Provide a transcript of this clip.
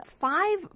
five